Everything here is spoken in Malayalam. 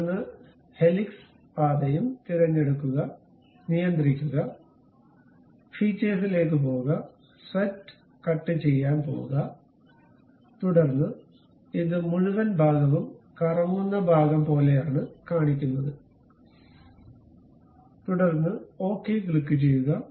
തുടർന്ന് ഹെലിക്സ് പാതയും തിരഞ്ഞെടുക്കുക നിയന്ത്രിക്കുക ഫീച്ചേഴ്സിലേക്ക് പോകുക സ്വെപ്റ്റ് കട്ട് ചെയ്യാൻ പോകുക തുടർന്ന് ഇത് മുഴുവൻ ഭാഗവും കറങ്ങുന്ന ഭാഗം പോലെയാണ് കാണിക്കുന്നത് തുടർന്ന് ഓക്കേ ക്ലിക്കുചെയ്യുക